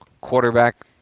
quarterback